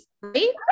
right